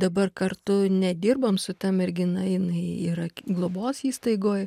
dabar kartu nedirbam su ta mergina jinai yra globos įstaigoj